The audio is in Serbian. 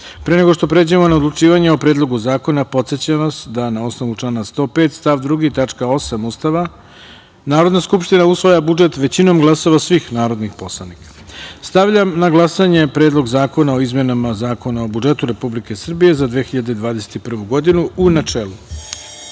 pre nego što pređemo na odlučivanje o Predlogu zakona, podsećam vas da na osnovu člana 105. stav 2. tačka 8. Ustava, Narodna skupština usvaja budžet većinom glasova svih narodnih poslanika. Stavljam na glasanje Predlog zakona o izmenama Zakona o budžetu Republike Srbije za 2021. godinu, u načelu. Molim